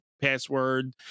password